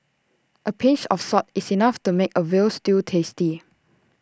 A pinch of salt is enough to make A Veal Stew tasty